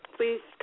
Please